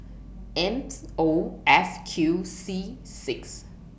M O F Q C six